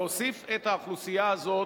להוסיף את האוכלוסייה הזאת,